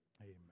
Amen